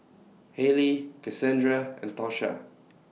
Haley Casandra and Tosha